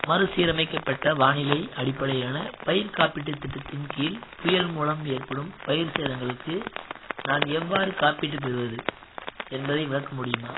மறுசீரமைக்கப்பட்ட வானிலை அடிப்படையிலான பயிர் காப்பீட்டுத் திட்டத்தின் கீழ் புயல் மூலம் ஏற்படும் பயிர் சேதங்களுக்கு நான் எவ்வாறு காப்பீடு பெறுவது என்பதை விளக்க முடியுமா